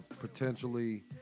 potentially